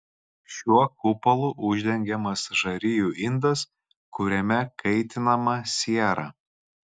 šiuo kupolu uždengiamas žarijų indas kuriame kaitinama siera